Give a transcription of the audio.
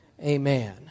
Amen